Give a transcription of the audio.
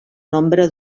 nombre